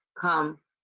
come